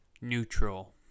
neutral